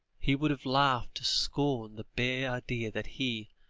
he would have laughed to scorn the bare idea that he,